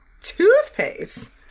Toothpaste